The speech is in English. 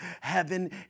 heaven